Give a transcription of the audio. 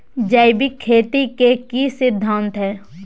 जैविक खेती के की सिद्धांत हैय?